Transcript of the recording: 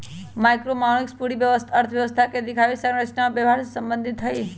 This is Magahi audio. मैक्रोइकॉनॉमिक्स पूरी अर्थव्यवस्था के दिखावे, संरचना और व्यवहार से संबंधित हई